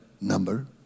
number